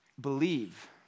believe